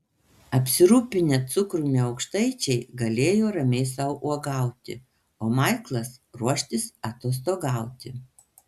apsirūpinę cukrumi aukštaičiai galėjo ramiai sau uogauti o maiklas ruoštis atostogauti